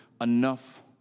enough